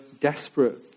desperate